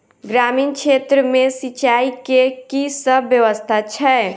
ग्रामीण क्षेत्र मे सिंचाई केँ की सब व्यवस्था छै?